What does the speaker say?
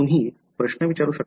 तुम्ही प्रश्न विचारू शकता